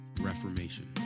reformation